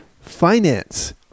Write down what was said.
finance